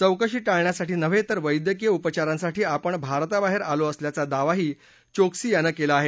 चौकशी ळण्यासाठी नव्हे तर वैद्यकीय उपचारांसाठी आपण भारताबाहेर आलो असल्याचा दावाही चोक्सी यानं केला आहे